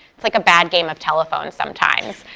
it's like a bad game of telephone sometimes.